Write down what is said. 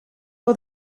for